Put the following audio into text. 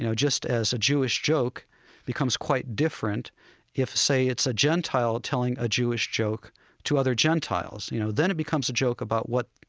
just as a jewish joke becomes quite different if, say, it's a gentile telling a jewish joke to other gentiles. you know, then it becomes a joke about what,